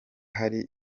hari